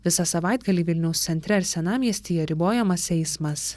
visą savaitgalį vilniaus centre ar senamiestyje ribojamas eismas